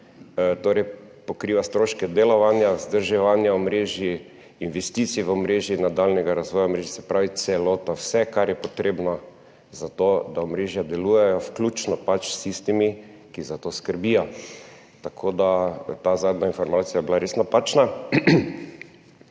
Torej pokriva stroške delovanja, vzdrževanja omrežij, investicij v omrežij, nadaljnjega razvoja omrežij, se pravi celota, vse, kar je potrebno za to, da omrežja delujejo, vključno s tistimi, ki za to skrbijo. Ta zadnja informacija je bila res napačna.